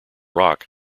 rock